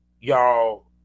y'all